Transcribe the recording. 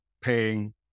paying